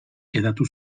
hedatu